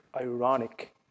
ironic